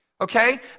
Okay